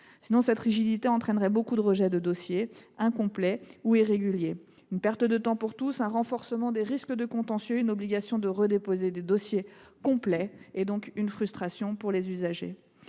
EnR. La rigidité entraînerait sinon beaucoup de rejets de dossiers, incomplets ou irréguliers, une perte de temps pour tous, un renforcement des risques de contentieux, une obligation de redéposer des dossiers complets, donc une frustration pour les usagers.